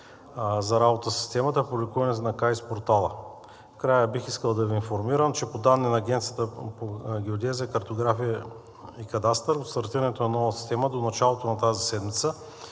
за работа със системата, публикувани на КАИС портала. Накрая бих искал да Ви информирам, че по данни на Агенцията по геодезия, картография и кадастър от стартирането на новата система до началото на тази седмица